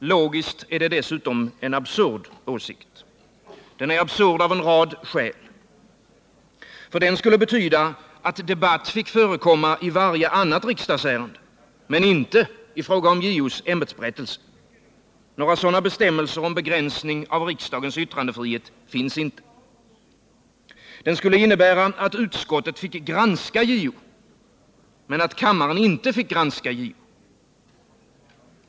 Logiskt är det dessutom en absurd åsikt. Den är absurd av en rad skäl. Den skulle betyda, att debatt fick förekomma i varje annat riksdagsärende men inte i fråga om JO:s ämbetsberättelse. Några sådana bestämmelser om begränsning av riksdagens yttrandefrihet finns inte. Den skulle innebära, att utskottet fick granska JO men att kammaren inte fick göra det.